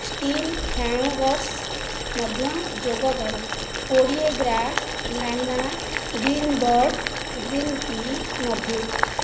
steel hangers ମଧ୍ୟ ଯୋଗ କର କୋଡ଼ିଏ ଗ୍ରା ଲାନା ଗ୍ରୀନ୍ ବର୍ଡ଼୍ ଗ୍ରୀନ୍ ଟି ମଧ୍ୟ